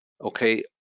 okay